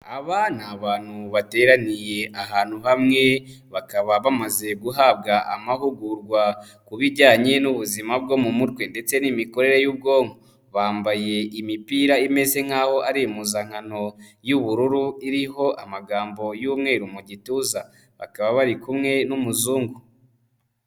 Aba ni abantu bateraniye ahantu hamwe, bakaba bamaze guhabwa amahugurwa ku bijyanye n'ubuzima bwo mu mutwe ndetse n'imikorere y'ubwonko, bambaye imipira imeze nk'aho ari impuzankano y'ubururu iriho amagambo y'umweru mu gituza, bakaba bari kumwe n'Umuzungu.